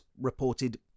reported